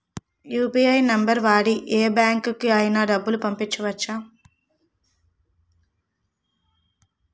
UPI number వాడి యే బ్యాంకుకి అయినా డబ్బులు పంపవచ్చ్చా?